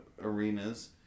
arenas